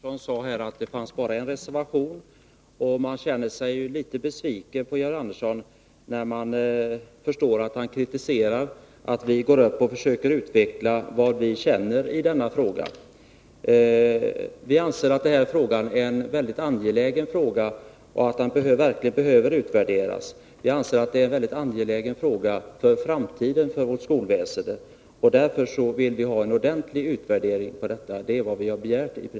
Fru talman! Georg Andersson sade att det bara finns en reservation. Man känner sig litet besviken på Georg Andersson när man förstår att han kritiserar att vi försöker utveckla vad vi känner i denna fråga. Vi anser att den här frågan är en mycket angelägen fråga och att skolformen verkligen behöver utvärderas. Vi anser att det är en mycket angelägen fråga för framtiden för vårt skolväsende, och därför vill vi ha en ordentlig utvärdering. Det är vad vi i princip har begärt.